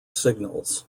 signals